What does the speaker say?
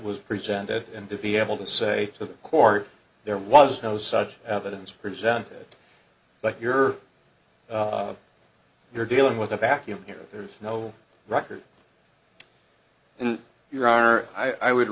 was presented and to be able to say to the court there was no such evidence presented but you're you're dealing with a vacuum here there's no record and your honor i would